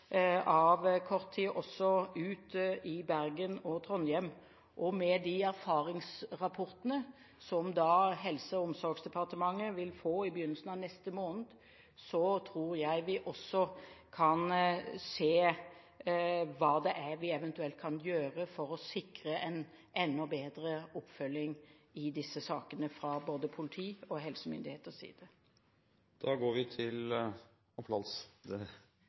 av kort tid dette ut også i Bergen og Trondheim. Med de erfaringsrapportene som Helse- og omsorgsdepartementet vil få i begynnelsen av neste måned, tror jeg vi også kan se hva vi eventuelt kan gjøre for å sikre en enda bedre oppfølging i disse sakene fra både politiets og helsemyndighetenes side.